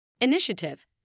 Initiative